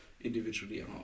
individually